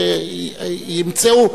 שימצאו.